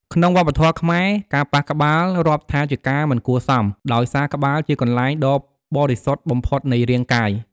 ក្នុងវប្បធម៌ខ្មែរ ការប៉ះក្បាលរាប់ថាជាការមិនគួរសម ដោយសារក្បាលជាកន្លែងដ៏បរិសុទ្ធបំផុតនៃរាងកាយ។